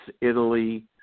Italy